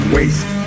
Waste